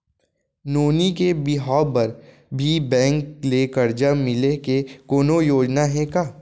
नोनी के बिहाव बर भी बैंक ले करजा मिले के कोनो योजना हे का?